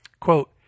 Quote